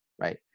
right